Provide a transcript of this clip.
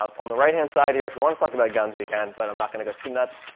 ah on the right-hand side here, if we want to talk about guns, we can. but i'm not going to go too nuts.